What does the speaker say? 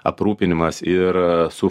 aprūpinimas ir su